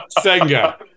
Senga